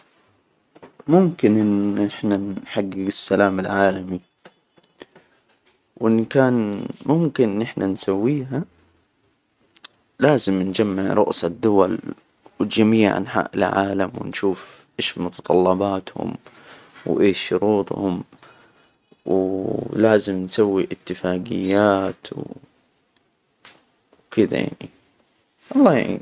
ممكن إن إحنا نحجج السلام العالمي، وإن كان ممكن نحنا نسويها، لازم نجمع رؤساء الدول وجميع أنحاء العالم ونشوف إيش متطلباتهم وإيش شروطهم، ولازم نسوي اتفاجيات و كده يعني.